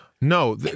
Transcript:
No